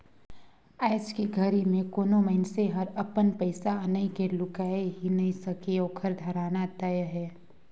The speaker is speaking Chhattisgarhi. आयज के घरी मे कोनो मइनसे हर अपन पइसा अनई के लुकाय ही नइ सके ओखर धराना तय अहे